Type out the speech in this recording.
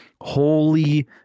holy